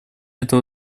этого